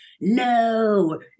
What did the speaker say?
no